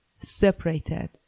separated